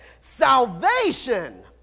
salvation